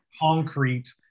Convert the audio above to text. concrete